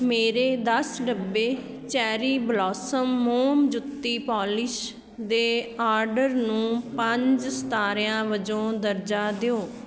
ਮੇਰੇ ਦਸ ਡੱਬੇ ਚੈਰੀ ਬਲੌਸਮ ਮੋਮ ਜੁੱਤੀ ਪੋਲਿਸ਼ ਦੇ ਆਰਡਰ ਨੂੰ ਪੰਜ ਸਿਤਾਰਿਆਂ ਵਜੋਂ ਦਰਜਾ ਦਿਓ